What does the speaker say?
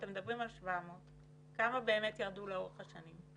אתם מדברים על 700. כמה באמת ירדו לאורך השנים?